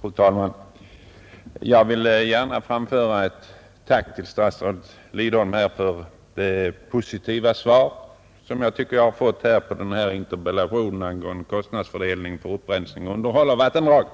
Fru talman! Jag vill gärna framföra ett tack till statsrådet Lidbom för drag det positiva svar som jag tycker jag har fått på interpellationen angående fördelningen av kostnader för upprensning och underhåll av vattendrag.